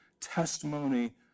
testimony